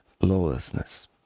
lawlessness